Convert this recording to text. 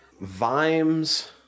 Vimes